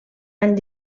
any